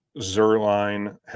Zerline